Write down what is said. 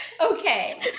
Okay